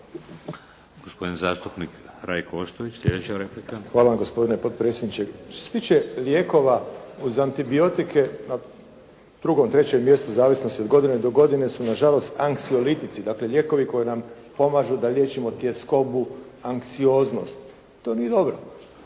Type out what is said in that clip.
Hvala vam gospodine potpredsjedniče. Što se tiče lijekova, uz antibiotike na 2., 3. mjestu u zavisnosti od godine do godine su nažalost anksiolitici, dakle lijekovi koji nam pomažu da liječimo tjeskobu, anksioznost. To nije dobro,